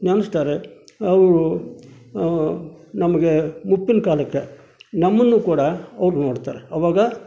ನೆನೆಸ್ತಾರೆ ಅವರು ನಮಗೆ ಮುಪ್ಪಿನ ಕಾಲಕ್ಕೆ ನಮ್ಮನ್ನೂ ಕೂಡ ಅವ್ರು ನೋಡ್ತಾರೆ ಅವಾಗ